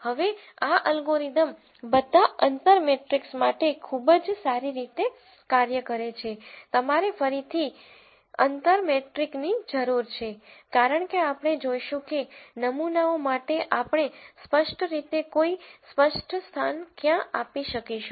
હવે આ અલ્ગોરિધમ બધા અંતર મેટ્રિક્સ માટે ખૂબ જ સારી રીતે કાર્ય કરે છે તમારે ફરીથી અંતર મેટ્રિક distance matrix ની જરૂર છે કારણ કે આપણે જોઈશું કે નમૂનાઓ માટે આપણે સ્પષ્ટ રીતે કોઈ સ્પષ્ટ સ્થાન ક્યાં આપી શકીશું